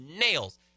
nails